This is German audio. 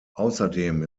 außerdem